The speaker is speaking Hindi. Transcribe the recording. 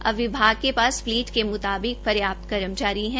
अब विभाग के पास फ्लीट के मुताबिक पर्याप्त कर्मचारी है